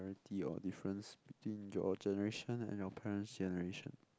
~rity or difference between your generation and your parents generation